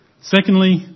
Secondly